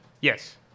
Yes